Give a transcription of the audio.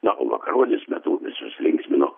na o vakaronės metu visus linksmino